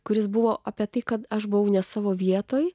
kuris buvo apie tai kad aš buvau ne savo vietoj